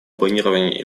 планирования